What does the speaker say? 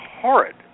horrid